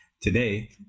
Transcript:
today